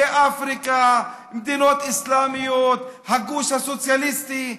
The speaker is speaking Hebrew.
זה אפריקה, מדינות אסלאמיות, הגוש הסוציאליסטי.